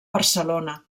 barcelona